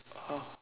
oh